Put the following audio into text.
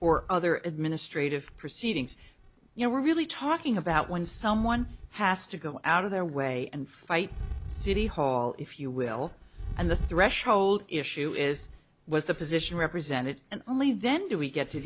or other administrative proceedings you know we're really talking about when someone has to go out of their way and fight city hall if you will and the threshold issue is was the position represented and only then do we get to